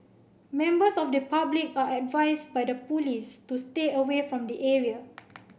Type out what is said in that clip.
members of the public are advise by the police to stay away from the area